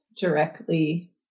directly